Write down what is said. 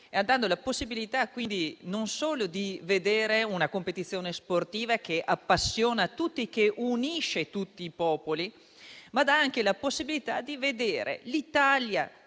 dando la possibilità non solo di vedere una competizione sportiva che appassiona tutti e unisce tutti i popoli, ma anche la possibilità di vedere l'Italia